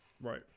right